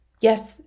Yes